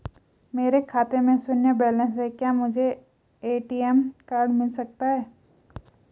मेरे खाते में शून्य बैलेंस है क्या मुझे ए.टी.एम कार्ड मिल सकता है?